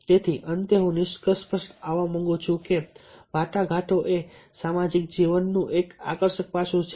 તેથી અંતે હું નિષ્કર્ષ પર આવવા માંગુ છું કે વાટાઘાટો એ માનવ સામાજિક જીવનનું એક આકર્ષક પાસું છે